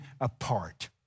apart